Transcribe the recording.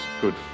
good